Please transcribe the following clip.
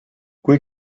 kui